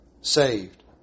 saved